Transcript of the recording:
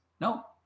No